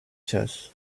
chess